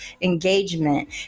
engagement